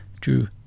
Drew